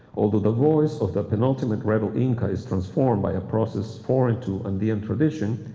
although the voice of the penultimate rebel inca is transformed by a process foreign to andean tradition,